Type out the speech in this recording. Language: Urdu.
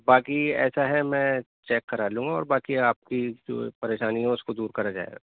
باکی ایسا ہے میں چیک کرا لوں گا اور باکی آپ کی جو پریشانی ہے اس کو دور کرا جائے گا